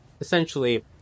essentially